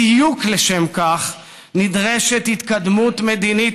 בדיוק לשם כך נדרשת התקדמות מדינית